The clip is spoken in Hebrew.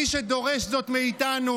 מי שדורש זאת מאיתנו,